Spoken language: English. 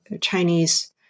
Chinese